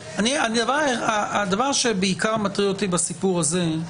הדבר שבעיקר מטריד אותי בסיפור הזה הוא